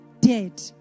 dead